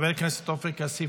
חבר הכנסת עופר כסיף,